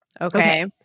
Okay